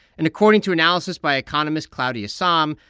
and according to analysis by economist claudia sahm,